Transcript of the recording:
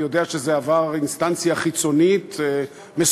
אני יודע שזה עבר אינסטנציה חיצונית מסוימת,